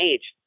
Age